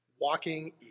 Walking